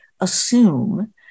assume